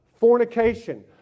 Fornication